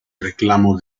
reclamo